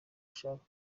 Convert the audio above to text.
gushaka